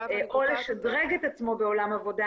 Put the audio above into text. או לשדרג את עצמו בעולם העבודה